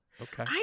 Okay